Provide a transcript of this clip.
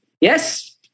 Yes